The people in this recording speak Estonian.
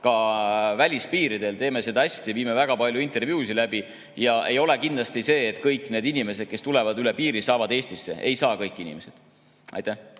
ka välispiiridel, teeme seda hästi, viime väga palju intervjuusid läbi. Kindlasti ei ole sedasi, et kõik need inimesed, kes tulevad üle piiri, saavad Eestisse. Ei saa kõik inimesed. Heiki